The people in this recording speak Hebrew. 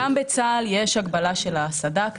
גם בצה"ל יש הגבלה של הסד"כ.